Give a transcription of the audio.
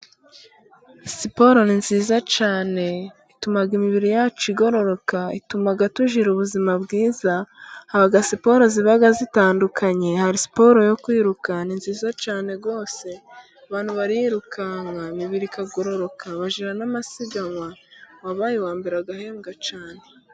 Siporo ni nziza cyane. Ituma imibiri yacu igororoka, ituma tugira ubuzima bwiza. Habaho siporo ziba zitandukanye. Hari siporo yo kwiruka, ni nziza cyane rwose. Abantu barirukanka imibiri ikagororoka. Bagira n'amasiganwa uwabaye uwa mbere agahembwa cyane.